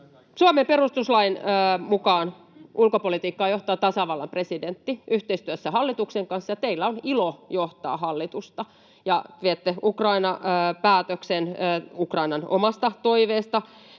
Suomen perustuslain mukaan ulkopolitiikkaa johtaa tasavallan presidentti yhteistyössä hallituksen kanssa, ja teillä on ilo johtaa hallitusta, ja viette Ukraina-päätöksen — Ukrainan omasta toiveesta